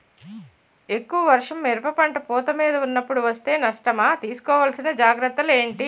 ఎక్కువ వర్షం మిరప పంట పూత మీద వున్నపుడు వేస్తే నష్టమా? తీస్కో వలసిన జాగ్రత్తలు ఏంటి?